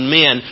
men